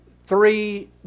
three